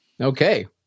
Okay